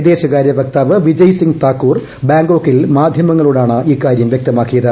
വിദേശകാര്യവക്താവ് വിജയ്സിംഗ് താക്കൂർ ബാങ്കോക്കിൽ മാധ്യമങ്ങളോടാണ് ഇക്കാര്യം വ്യക്തമാക്കിയത്